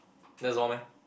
that's all meh